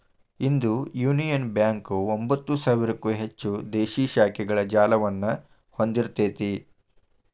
ಇಂದು union bank ಒಂಭತ್ತು ಸಾವಿರಕ್ಕೂ ಹೆಚ್ಚು ದೇಶೇ ಶಾಖೆಗಳ ಜಾಲವನ್ನ ಹೊಂದಿಇರ್ತೆತಿ